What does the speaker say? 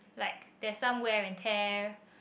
like there's somewhere and tear